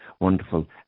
wonderful